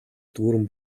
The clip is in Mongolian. дүүрэн